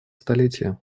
столетия